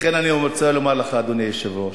לכן אני רוצה לומר לך, אדוני היושב-ראש,